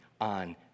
on